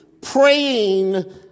praying